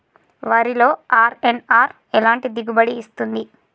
వరిలో అర్.ఎన్.ఆర్ ఎలాంటి దిగుబడి ఇస్తుంది?